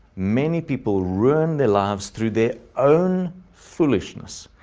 many people ruin their lives through their own foolishness,